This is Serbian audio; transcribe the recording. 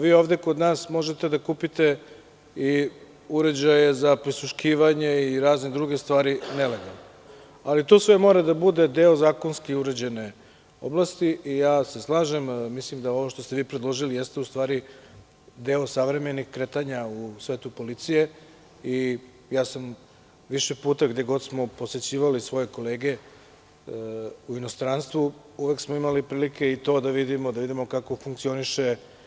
Vi ovde kod nas možete da kupite i uređaje za prisluškivanje i razne druge stvari nelegalno, ali to sve mora da bude deo zakonski uređene oblasti i slažem se, mislim da ovo što ste vi predložili jeste u stvari deo savremenih kretanja u svetu policije i ja sam više puta, gde god smo posećivali svoje kolege u inostranstvu, uvek smo imali prilike i to da vidimo, da vidimo kako funkcioniše.